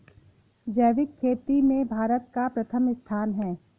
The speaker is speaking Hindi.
जैविक खेती में भारत का प्रथम स्थान है